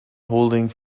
holding